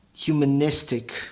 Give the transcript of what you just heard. Humanistic